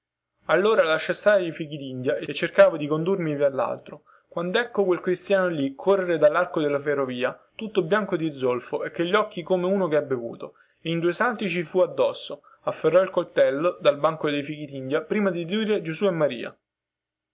più di fichidindia e cercavo di condurlo via quandecco quel cristiano lì correre dallarco della ferrovia tutto bianco di zolfo e cogli occhi come uno che ha bevuto e in due salti ci fu addosso afferrò il coltello dal banco dei fichidindia prima di dire gesù e maria